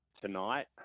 tonight